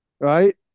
right